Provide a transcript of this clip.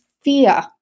fear